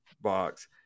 box